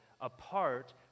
apart